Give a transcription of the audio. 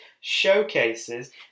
showcases